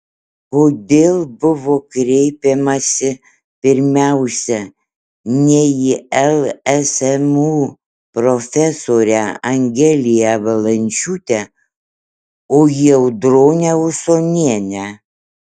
kodėl buvo kreipiamasi pirmiausia ne į lsmu profesorę angeliją valančiūtę o į audronę usonienę